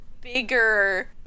bigger